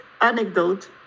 anecdote